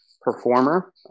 performer